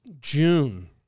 June